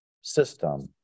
system